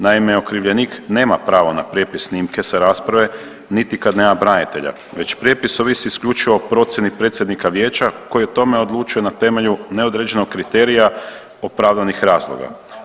Naime, okrivljenik nema pravo na prijepis snimke sa rasprave niti kad nema branitelja, već prijepis ovisi isključivo o procjeni predsjednika Vijeća koji o tome odlučuje na temelju neodređenog kriterija opravdanih razloga.